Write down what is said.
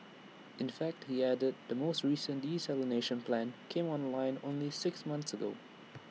in fact he added the most recent desalination plant came online only six months ago